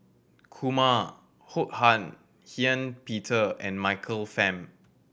Kumar Ho Han Ean Peter and Michael Fam